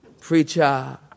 preacher